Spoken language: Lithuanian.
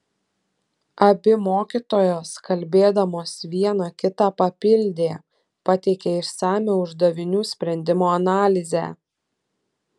abi mokytojos kalbėdamos viena kitą papildė pateikė išsamią uždavinių sprendimo analizę